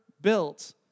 built